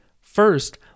First